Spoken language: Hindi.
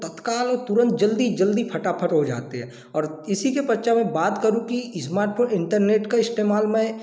तत्काल तुरंत जल्दी जल्दी फटाफट हो जाते हैं और इसी के पश्चात मैं बात करूँ की स्मार्टफोन इंटरनेट का इस्तेमाल मैं